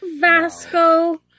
Vasco